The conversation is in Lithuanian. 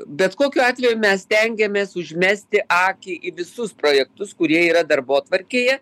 bet kokiu atveju mes stengiamės užmesti akį į visus projektus kurie yra darbotvarkėje